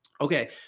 Okay